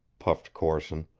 puffed corson,